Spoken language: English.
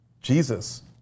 Jesus